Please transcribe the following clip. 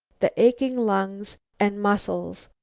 the aching lungs and muscles,